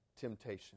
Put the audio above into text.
temptation